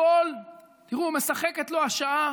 תראו, משחקת לו השעה